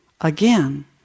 again